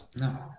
no